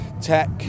tech